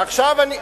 לא נכון.